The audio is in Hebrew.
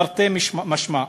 תרתי משמע.